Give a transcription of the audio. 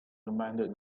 reminded